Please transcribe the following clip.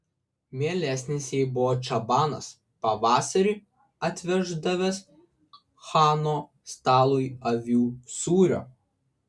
mielesnis jai buvo čabanas pavasarį atveždavęs chano stalui avių sūrio